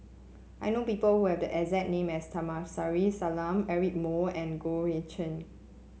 I know people who have the exact name as Kamsari Salam Eric Moo and Goh Eck Kheng